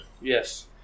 Yes